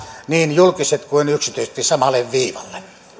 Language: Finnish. niin julkiset kuin yksityisetkin pääsevät samalle viivalle